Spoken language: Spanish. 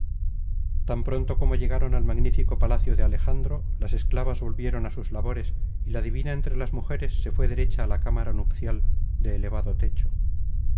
tan pronto como llegaron al magnífico palacio de alejandro las esclavas volvieron á sus labores y la divina entre las mujeres se fué derecha á la cámara nupcial de elevado techo